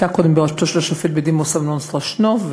היא הייתה קודם בראשותו של השופט בדימוס אמנון סטרשנוב,